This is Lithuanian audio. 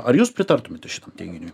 ar jūs pritartumėte šitam teiginiui